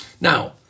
Now